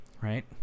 right